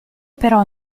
però